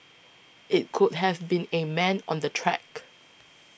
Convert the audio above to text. it could have been a man on the track